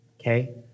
Okay